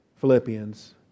Philippians